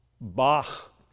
Bach